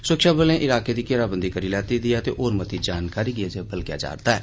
सुरक्षाबलें इलाके दी घेराबंदी करी लैती ऐ ते होर मती जानकारी गी अजें बलगेआ जारदा ऐ